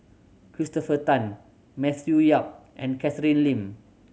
Christopher Tan Matthew Yap and Catherine Lim